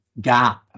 gap